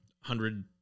hundred